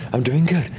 i'm doing good,